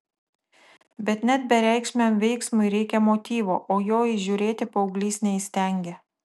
bet net bereikšmiam veiksmui reikia motyvo o jo įžiūrėti paauglys neįstengė